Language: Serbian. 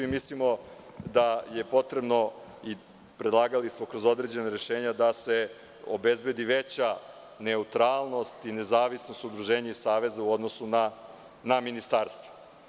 Mislimo da je potrebno i predlagali smo kroz određena rešenja da se obezbedi veća neutralnost i nezavisnost udruženja i saveza u odnosu na ministarstvo.